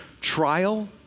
trial